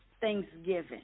thanksgiving